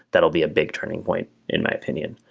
that'll be a big turning point in my opinion.